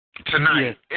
Tonight